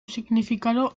significado